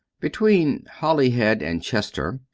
between holyhead and chester,